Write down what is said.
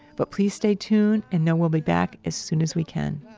but, please stay tuned and know we'll be back as soon as we can